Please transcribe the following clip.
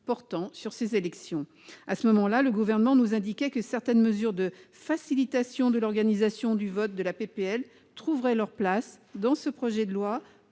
portant sur ces élections. À ce moment-là, le Gouvernement nous indiquait que certaines mesures de facilitation de l'organisation du vote prévues dans la proposition de loi trouveraient leur place dans ce projet de loi